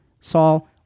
Saul